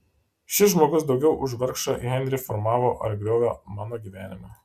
šis žmogus daugiau už vargšą henrį formavo ar griovė mano gyvenimą